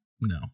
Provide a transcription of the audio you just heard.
No